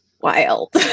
wild